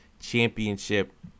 Championship